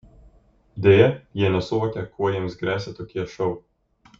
deja jie nesuvokia kuo jiems gresia tokie šou